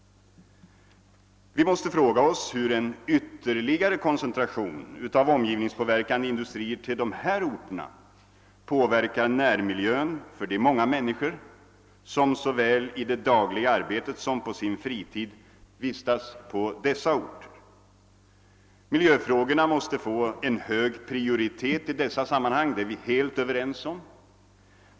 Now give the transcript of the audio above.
Vi måste fråga oss hur en ytterligare koncentration av omgivningspåverkande industrier till dessa orter påverkar närmiljön för de många människor som såväl i det dagliga arbetet som på sin fritid vistas där. Miljöfrågorna måste få en hög prioritet i dessa sammanhang, det är vi helt överens om.